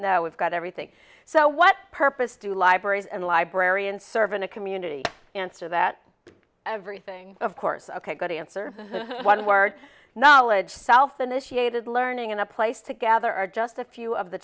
know we've got everything so what purpose do libraries and librarian serve in a community answer that everything of course ok good answer one word knowledge south initiated learning and a place to gather are just a few of the